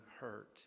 hurt